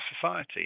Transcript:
society